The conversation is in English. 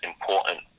important